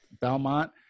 Belmont